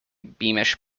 beamish